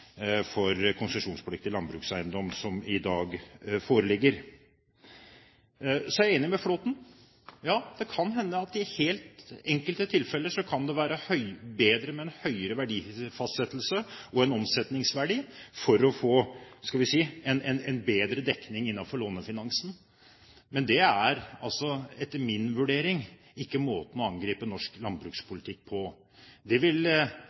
for konsesjonspliktig landbrukseiendom som i dag foreligger. Så er jeg enig med Flåtten i at det i enkelte tilfeller kan være bedre med en høyere verdifastsettelse og omsetningsverdi for å få en bedre dekning innenfor lånefinansieringen. Men det er etter min vurdering ikke måten å angripe norsk landbrukspolitikk på. Det vil